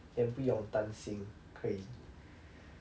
then 不用担心可以